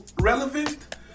relevant